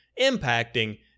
impacting